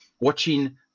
watching